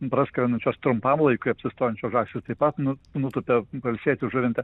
braškančios trumpam laikui apsistojančių grašių taip pat nuo nutupia pailsėti žuvintą